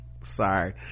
Sorry